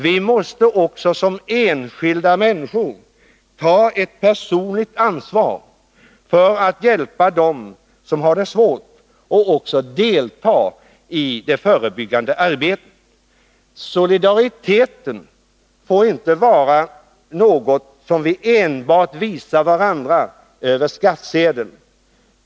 Vi måste också som enskilda människor ta ett personligt ansvar för att hjälpa dem som har det svårt liksom för att delta i det förebyggande arbetet. Solidariteten får inte vara något som vi enbart visar varandra över skattsedeln.